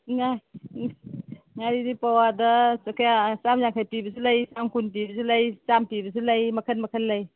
ꯉꯥꯔꯤꯗꯤ ꯄꯋꯥꯗ ꯀꯌꯥ ꯆꯥꯝ ꯌꯥꯡꯈꯩ ꯄꯤꯕꯁꯨ ꯂꯩ ꯆꯥꯝ ꯀꯨꯟ ꯄꯤꯕꯁꯨ ꯂꯩ ꯆꯥꯝ ꯄꯤꯕꯁꯨ ꯂꯩ ꯃꯈꯟ ꯃꯈꯟ ꯂꯩ